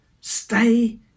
stay